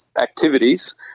activities